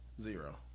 Zero